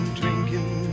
drinking